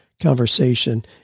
conversation